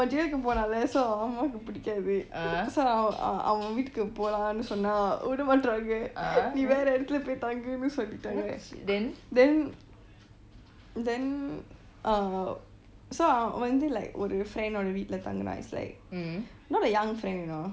jail க்கு போனான்ல:kku poonaan leh so அம்மாவுக்கு பிடிக்காது:ammavukku pitikkatu so அவன் அவன் வீட்டுக்கு போலாம் என்று சொன்னால் விடமாட்டிறாங்க நீ வேற இடத்தில போய் தங்குனு சொல்லிட்டாங்க:avan avan veetukku poollaam entru chonnaal vidamaatraanga nee veruu itatil tanku chollittanka then then uh so அவன் வந்து:avan vantu like ஒரு:oru friend ஓட வீட்ல தங்கினான்:ooda veetla tankeenan is like not a young friend you know அவங்க தங்கினான்:aavaga tanginaan